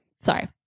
Sorry